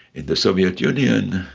in the soviet union,